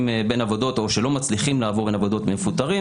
בין עבודות או שלא מצליחים לעבור בין עבודות ומפוטרים